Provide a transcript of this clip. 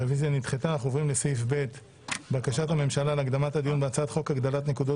רביזיה על בקשת הממשלה להקדמת הדיון בהצעת חוק הגדלת נקודות